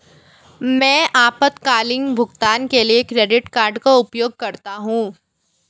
मैं आपातकालीन भुगतान के लिए क्रेडिट कार्ड का उपयोग करता हूं